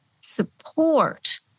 support